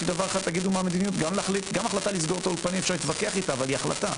אפשר להתווכח איתה אבל היא החלטה.